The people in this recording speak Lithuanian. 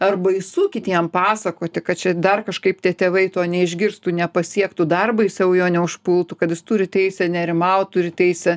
ar baisu kitiem pasakoti kad čia dar kažkaip tie tėvai to neišgirstų nepasiektų dar baisiau jo neužpultų kad jis turi teisę nerimaut turi teisę